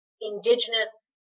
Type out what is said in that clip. indigenous